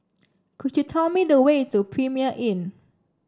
could you tell me the way to Premier Inn